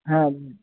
হ্যাঁ